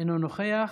אינו נוכח.